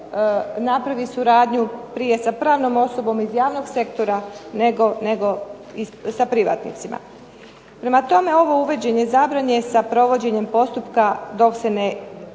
napravi suradnju prije sa pravnom osobom iz javnog sektora, nego sa privatnicima. Prema tome ovo uvođenje zabrane sa provođenjem postupka dok se ne izmjere